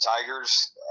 Tigers